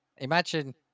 Imagine